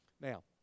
Now